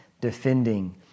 defending